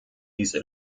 diese